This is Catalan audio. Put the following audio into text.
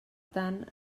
tant